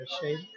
shade